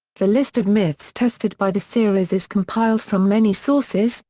the list of myths tested by the series is compiled from many sources,